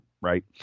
Right